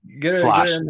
Flash